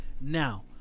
Now